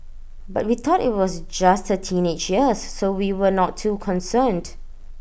but we thought IT was just her teenage years so we were not too concerned